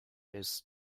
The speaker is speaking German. ist